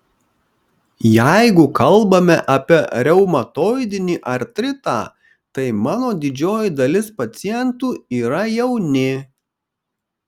jeigu kalbame apie reumatoidinį artritą tai mano didžioji dalis pacientų yra jauni